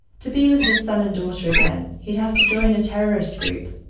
to be with his son and daughter again, he'd have to join a terrorist group,